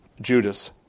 Judas